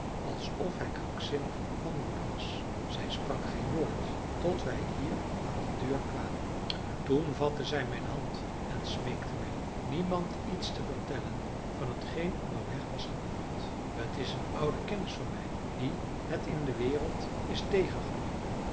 alsof hij krankzinnig van woede was zij sprak geen woord tot wij hier aan de deur kwamen toen vatte zij mijn hand en smeekte mij niemand iets te vertellen van hetgeen onderweg was gebeurd het is een oude kennis van mij wien het in de wereld is